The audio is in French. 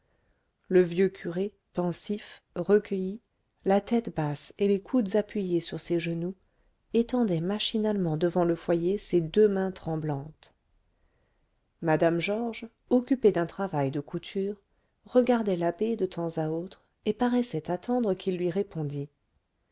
le vieux curé pensif recueilli la tête basse et les coudes appuyés sur ses genoux étendait machinalement devant le foyer ses deux mains tremblantes mme georges occupée d'un travail de couture regardait l'abbé de temps à autre et paraissait attendre qu'il lui répondît